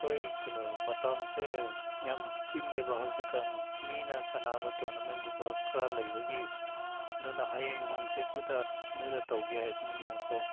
ꯑꯩꯈꯣꯏ ꯀꯩꯅꯣ ꯃꯇꯝꯁꯦ ꯌꯥꯝ ꯆꯤꯜꯂꯦꯕ ꯍꯧꯖꯤꯛꯀꯥꯟ ꯃꯤꯅ ꯁꯥꯟꯅꯕ ꯇꯣꯔꯅꯥꯃꯦꯟꯒꯨꯝꯕ ꯈꯔ ꯂꯩꯕꯒꯤ ꯑꯗꯨꯅ ꯍꯌꯦꯡ ꯍꯥꯡꯆꯤꯠꯇꯨꯗ ꯑꯗꯨꯗ ꯇꯧꯒꯦ ꯍꯥꯏꯕꯅꯤꯅ ꯀꯣ